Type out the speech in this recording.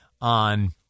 on